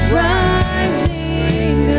rising